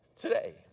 today